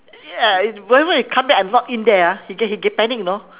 ya whenever he come back I'm not in there ah he get he get panic you know